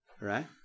right